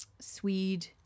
swede